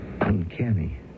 uncanny